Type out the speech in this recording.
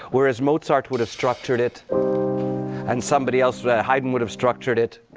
whereas, mozart would have structured it and somebody else haydn would have structured it,